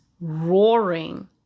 roaring